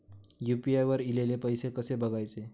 UPI वर ईलेले पैसे कसे बघायचे?